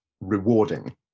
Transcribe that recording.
rewarding